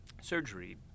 surgery